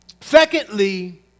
secondly